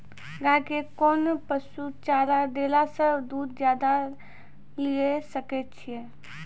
गाय के कोंन पसुचारा देला से दूध ज्यादा लिये सकय छियै?